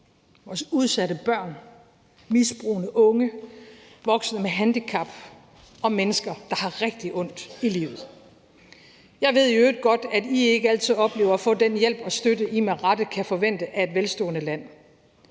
vores udsatte børn, misbrugende unge, voksne med handicap og mennesker, der har rigtig ondt i livet. Jeg ved i øvrigt godt, at I ikke altid oplever at få den hjælp og støtte, I med rette kan forvente af et velstående land,